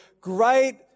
Great